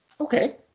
Okay